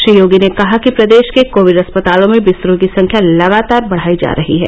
श्री योगी ने कहा कि प्रदेश के कोविड अस्पतालों में बिस्तरों की संख्या लगातार बढ़ाई जा रही है